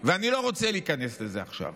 ואני לא רוצה להיכנס לזה עכשיו,